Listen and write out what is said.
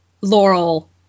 Laurel